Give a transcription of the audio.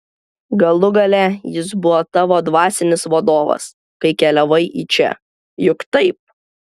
galų gale jis buvo tavo dvasinis vadovas kai keliavai į čia juk taip